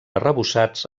arrebossats